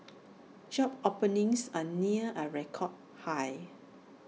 job openings are near A record high